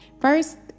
First